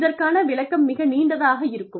இதற்கான விளக்கம் மிக நீண்டதாக இருக்கும்